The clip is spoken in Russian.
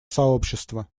сообщества